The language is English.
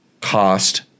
cost